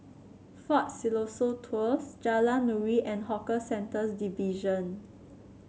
Fort Siloso Tours Jalan Nuri and Hawker Centres Division